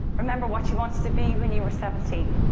remember what you wanted to be when you were seventeen?